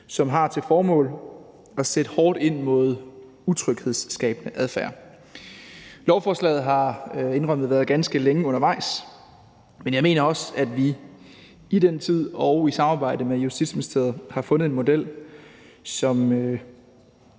som har til formål at sætte hårdt ind mod utryghedsskabende adfærd. Lovforslaget har, indrømmet, været ganske længe undervejs, men jeg mener også, at vi i den tid og i samarbejde med Justitsministeriet har fundet en model, som